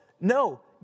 no